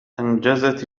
أنجزت